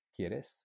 ¿Quieres